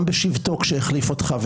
גם בשבתו כשהחליף אותך,